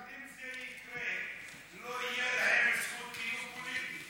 אבל אם זה יקרה, לא תהיה זכות קיום פוליטית.